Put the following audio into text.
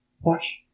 Watch